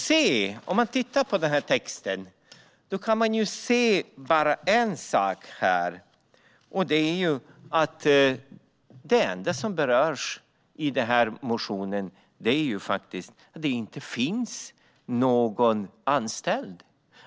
I motionstexten verkar det som att det inte finns någon anställd.